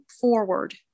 Forward